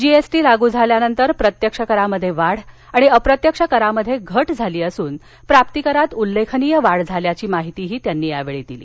जी S T लागू झाल्यानंतर प्रत्यक्ष करात वाढ आणि अप्रत्यक्ष करात घट झाली असून प्राप्तिकरात उल्लेखनीय वाढ झाली असल्याची माहिती त्यांनी दिली